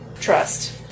trust